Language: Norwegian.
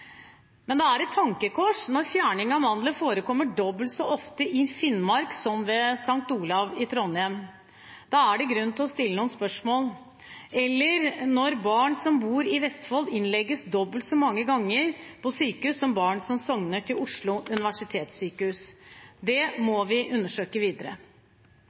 Men det er et tankekors når fjerning av mandler forekommer dobbelt så ofte i Finnmark som ved St. Olavs Hospital i Trondheim – da er det grunn til å stille noen spørsmål – eller når barn som bor i Vestfold, innlegges dobbelt så mange ganger på sykehus som barn som sogner til Oslo universitetssykehus. Det må vi undersøke videre.